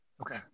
Okay